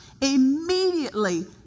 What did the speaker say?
Immediately